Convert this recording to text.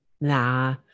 nah